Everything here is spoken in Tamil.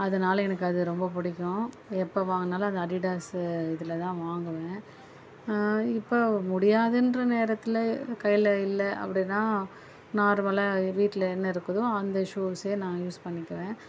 அதனால அது எனக்கு ரொம்ப பிடிக்கும் எப்போ வாங்கினாலும் அது அடிடாஸ்ஸு இதில் தான் வாங்குவேன் இப்போ முடியாதுன்ற நேரத்தில் கையில இல்லை அப்படின்னா நார்மலாக வீட்டில் என்ன இருக்குதோ அந்த ஷூஸ்ஸே நான் யூஸ் பண்ணிக்குவேன்